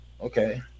okay